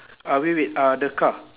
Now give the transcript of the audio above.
ah wait wait ah the car